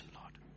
Lord